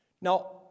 Now